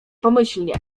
pomyślnie